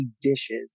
dishes